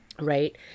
Right